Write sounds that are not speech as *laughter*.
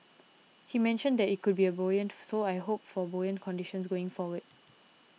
he mentioned that it could be buoyant *noise* so I hope for buoyant conditions going forward